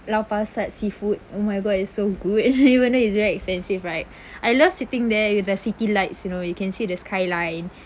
lau pa sat seafood oh my god it's so good even though it's very expensive right I love sitting there with the city lights you know you can see the skyline